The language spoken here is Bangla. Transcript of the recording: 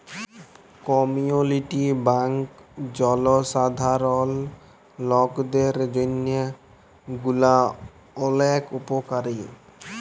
কমিউলিটি ব্যাঙ্ক জলসাধারল লকদের জন্হে গুলা ওলেক উপকারী